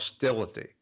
hostility